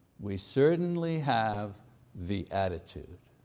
we certainly have the attitude.